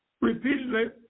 repeatedly